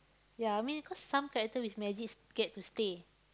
ya I mean cause some character with magic get to stay